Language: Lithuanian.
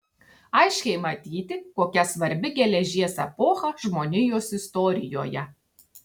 aiškiai matyti kokia svarbi geležies epocha žmonijos istorijoje